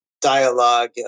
dialogue